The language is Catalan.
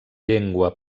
llengua